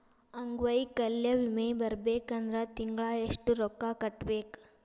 ಅಂಗ್ವೈಕಲ್ಯ ವಿಮೆ ಬರ್ಬೇಕಂದ್ರ ತಿಂಗ್ಳಾ ಯೆಷ್ಟ್ ರೊಕ್ಕಾ ಕಟ್ಟ್ಬೇಕ್?